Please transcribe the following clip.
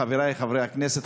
חבריי חברי הכנסת,